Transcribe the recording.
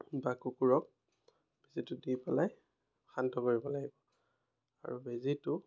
বা কুকুৰক বেজিটো দি পেলাই শান্ত কৰিব লাগিব আৰু বেজিটো